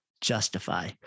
justify